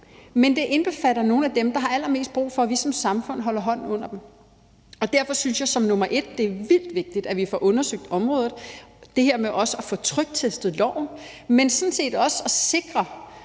men det indbefatter nogle af dem, som har allermest brug for, at vi som samfund holder hånden under dem. Derfor synes jeg som nummer et, at det er vildt vigtigt, at vi får undersøgt området og også får tryktestet loven, men sådan set også at sikre,